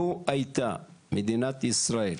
לו הייתה מדינת ישראל